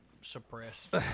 suppressed